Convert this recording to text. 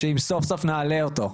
שאם סוף סוף נעלה אותו,